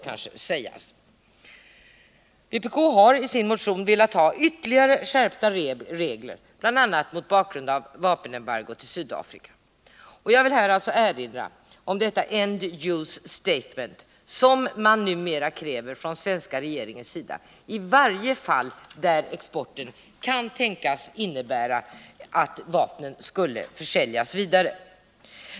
Vpk har i sin motion begärt ytterligare skärpta regler, bl.a. mot bakgrund av vapenembargot mot Sydafrika. Jag vill här erinra om det ”end use statement” som man nu kräver från den svenska regeringens sida i varje fall där exporten kan tänkas innebära att vapnen skulle försäljas vidare.